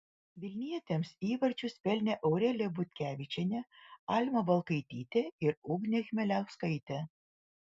vilnietėms įvarčius pelnė aurelija butkevičienė alma balkaitytė ir ugnė chmeliauskaitė